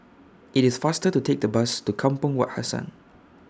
IT IS faster to Take The Bus to Kampong Wak Hassan